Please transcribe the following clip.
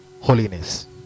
holiness